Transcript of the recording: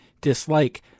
dislike